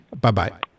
Bye-bye